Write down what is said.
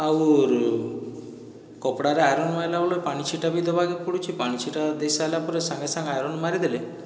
ଆଉର୍ କପଡ଼ାରେ ଆଇରନ୍ ମାଇଲା ବେଲେ ପାଣି ଛିଟା ବି ଦବାକେ ପଡ଼ୁଛି ପାଣି ଛିଟା ଦେଇ ସାଇଲା ପରେ ସାଙ୍ଗେ ସାଙ୍ଗେ ଆଇରନ୍ ମାରିଦେଲେ